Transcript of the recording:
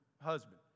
husband